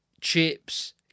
chips